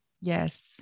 Yes